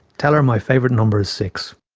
tell her my favourite number is six.